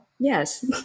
Yes